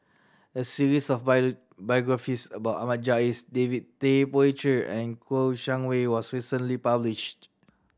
a series of biographies about Ahmad Jais David Tay Poey Cher and Kouo Shang Wei was recently published